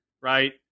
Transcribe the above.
right